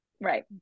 Right